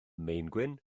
maengwyn